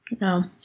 No